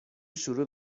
شروع